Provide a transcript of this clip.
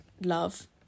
love